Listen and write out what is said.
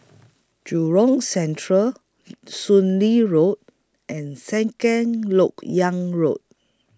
Jurong Central Soon Lee Road and Second Lok Yang Road